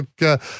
look